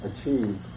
achieve